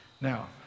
Now